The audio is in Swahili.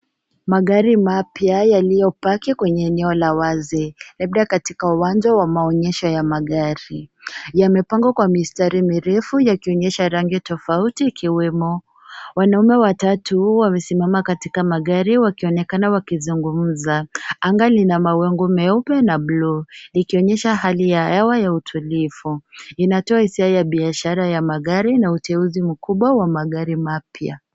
Magari mapya yaliyopaki kwenye eneo la wazi. Labda katika uwanja wa maonyesho ya magari. Yamepangwa kwa mistari mirefu yakionyesha rangi tofauti ikiwemo. Wanaume watatu wamesimama katika gari wakionekana wakizungumza. Anga lina mawingu meupe na buluu likionyesha hali ya hewa ya utulivu. Inatoa hisia ya biashara ya magari na uteuzi mkubwa wa magari mapya.